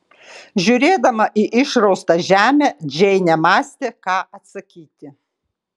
žiūrėdama į išraustą žemę džeinė mąstė ką atsakyti